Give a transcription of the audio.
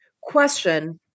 Question